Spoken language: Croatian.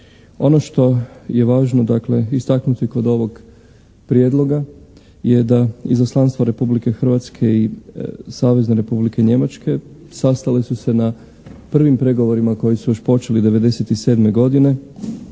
Ono što je važno dakle istaknuti kod ovog prijedloga je da izaslanstvo Republike Hrvatske i Savezne Republike Njemačke sastale su se na prvim pregovorima koji su još počeli '97. godine